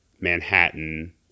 Manhattan